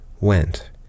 went